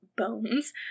bones